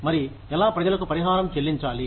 మరి ఎలా ప్రజలకు పరిహారం చెల్లించాలి